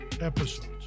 episodes